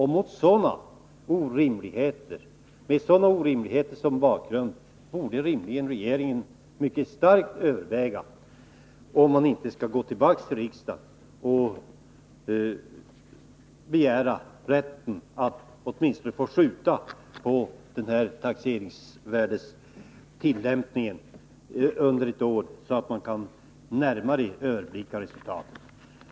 Mot bakgrund av sådana orimligheter borde regeringen mycket starkt överväga att återkomma till riksdagen med en begäran att man åtminstone under ett år får skjuta på tillämpningen av de här taxeringsvärdena, så att man närmare kan överblicka resultaten.